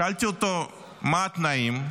שאלתי אותו: מה התנאים?